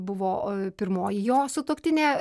buvo pirmoji jo sutuoktinė